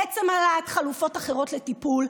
עצם העלאת חלופות אחרות לטיפול,